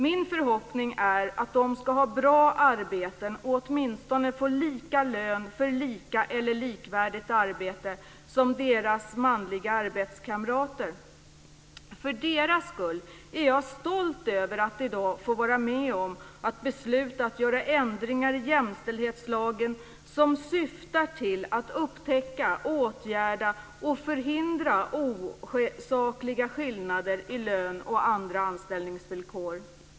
Min förhoppning är att de ska ha bra arbeten, åtminstone få lika lön för lika eller likvärdigt arbete som deras manliga arbetskamrater. För deras skull är jag stolt över att i dag få vara med om att besluta om att göra ändringar i jämställdhetslagen som syftar till att upptäcka, åtgärda och förhindra osakliga skillnader i lön och andra anställningsvillkor.